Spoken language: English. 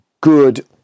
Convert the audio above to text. good